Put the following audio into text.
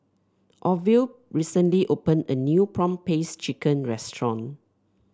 Orville recently opened a new prawn paste chicken restaurant